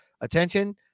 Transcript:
attention